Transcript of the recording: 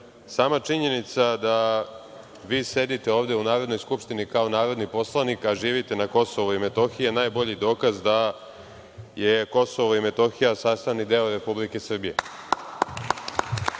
činjenica da vi sedite ovde u Narodnoj skupštini kao narodni poslanik, a živite na Kosovu i Metohiji, najbolji je dokaz da je Kosovo i Metohija sastavni deo Republike Srbije. Druga